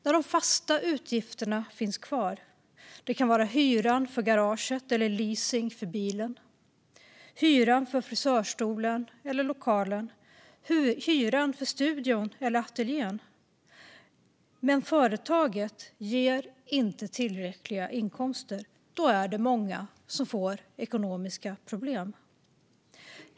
När de fasta utgifterna finns kvar - det kan vara hyran för garaget, leasingkostnaden för bilen, hyran för frisörstolen eller lokalen, hyran för studion eller ateljén - och företaget inte ger tillräckliga inkomster är det många som får ekonomiska problem.